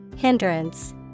Hindrance